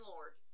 Lord